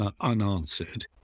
unanswered